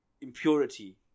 impurity